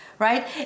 Right